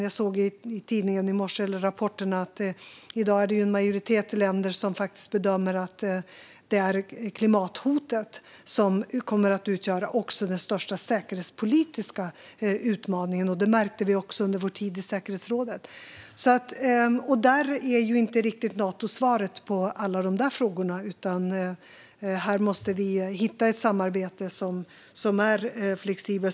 Jag såg i tidningen i morse rapporter om att en majoritet länder i dag faktiskt bedömer att klimathotet också kommer att utgöra den största säkerhetspolitiska utmaningen. Det märkte vi också under vår tid i säkerhetsrådet. Nato är inte riktigt svaret på alla dessa frågor, utan vi måste hitta ett samarbete som är flexibelt.